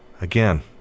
Again